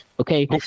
okay